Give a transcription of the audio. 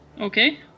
Okay